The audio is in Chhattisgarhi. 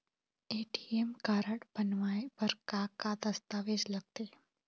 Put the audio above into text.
ए.टी.एम कारड बनवाए बर का का दस्तावेज लगथे?